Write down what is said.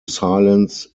silence